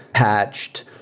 patched.